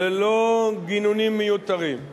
ללא גינונים מיותרים.